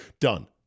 Done